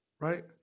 right